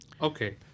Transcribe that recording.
Okay